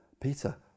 Peter